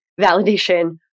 validation